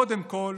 קודם כול